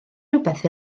rywbeth